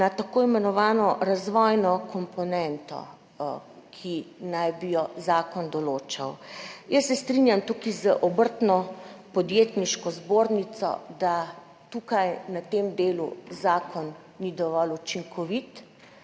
tako imenovani razvojni komponenti, ki naj bi jo zakon določal. Tukaj se strinjam z Obrtno-podjetniško zbornico, da tukaj, na tem delu zakon ni dovolj učinkovit,